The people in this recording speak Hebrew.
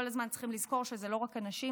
כל הזמן צריכים לזכור שזה לא רק הנשים,